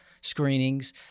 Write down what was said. screenings